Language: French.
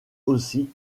aussi